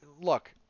look